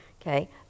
okay